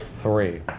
Three